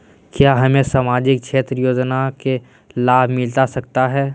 क्या हमें सामाजिक क्षेत्र योजना के लाभ मिलता सकता है?